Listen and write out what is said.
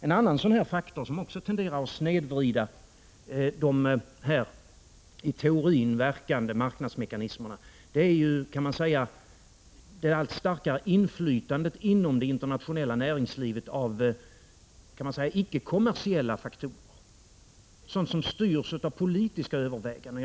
En annan sådan här faktor som också tenderar att snedvrida de i teorin verkande marknadsmekanismerna är det allt starkare inflytandet inom det internationella näringslivet av icke kommersiella faktorer, sådant som styrs av politiska överväganden.